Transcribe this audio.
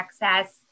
access